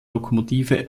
lokomotive